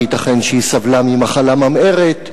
וייתכן שהיא סבלה ממחלה ממארת,